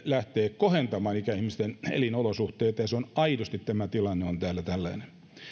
lähtee kohentamaan ikäihmisten elinolosuhteita aidosti tämä tilanne on täällä tällainen